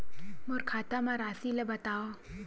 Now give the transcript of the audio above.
मोर खाता म राशि ल बताओ?